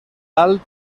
alt